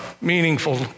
meaningful